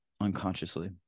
unconsciously